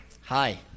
Hi